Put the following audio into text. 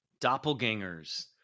Doppelgangers